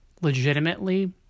legitimately